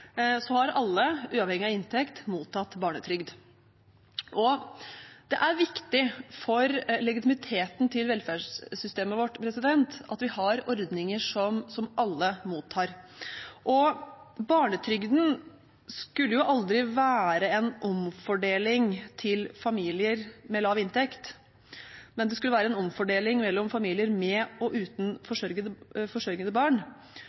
har alle, uavhengig av inntekt, mottatt barnetrygd. Det er viktig for legitimiteten til velferdssystemet vårt at vi har ordninger som alle mottar. Barnetrygden skulle aldri være en omfordeling til familier med lav inntekt. Det skulle være en omfordeling mellom familier med og uten forsørgede barn.